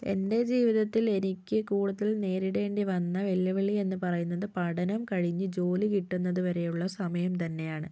എൻ്റെ ജീവിതത്തിൽ എനിക്ക് കൂടുതൽ നേരിടേണ്ടി വന്ന വെല്ലുവിളിയെന്ന് പറയുന്നത് പഠനം കഴിഞ്ഞ് ജോലി കിട്ടുന്നത് വരെയുള്ള സമയം തന്നെയാണ്